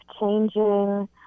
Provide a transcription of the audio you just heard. changing